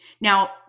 now